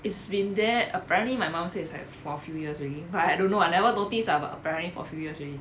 it's been there apparently my mum say is like for a few years already but I don't know I never notice ah but apparently for few years already